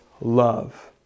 love